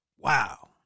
Wow